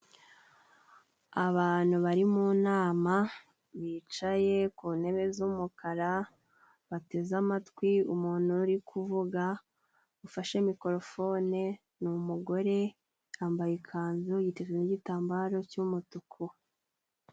Abantu bari mu inama bicaye ku ntebe z'umukara, bateze amatwi umuntu uri kuvuga ufashe mikorofone, ni umugore yambaye ikanzu yite nigitambaro cy'umutuku.